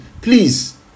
please